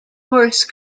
horse